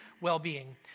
well-being